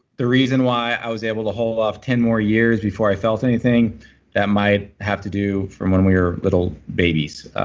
the reason why i was able to hold off ten more years before i felt anything that might have to do from when we were little babies.